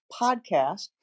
podcast